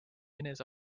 enese